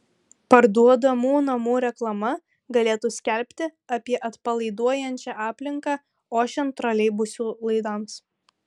parduodamų namų reklama galėtų skelbti apie atpalaiduojančią aplinką ošiant troleibusų laidams